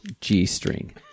G-string